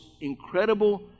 incredible